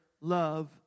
love